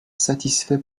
satisfait